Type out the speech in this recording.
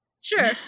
sure